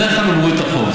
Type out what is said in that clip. בדרך כלל הוא מוריד את החוב.